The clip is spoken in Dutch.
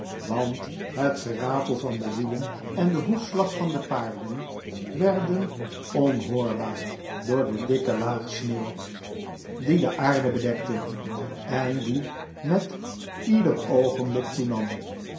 want het geratel van de wielen en de hoefslag van de paarden werden onhoorbaar door de dikke laag sneeuw die de aarde bedekte en die met ieder oogenblik toenam